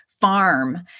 farm